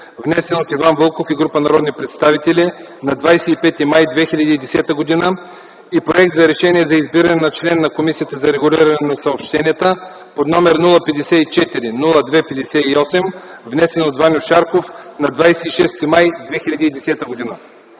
внесен от Иван Вълков и група народни представители на 25 май 2010 г., и проект за Решение за избиране на член на Комисията за регулиране на съобщенията, № 054-02-58, внесен от Ваньо Шарков на 26 май 2010 г.